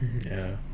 ya